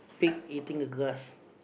pig eating the grass